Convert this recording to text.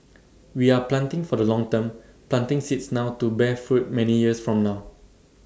we are planting for the long term planting seeds now to bear fruit many years from now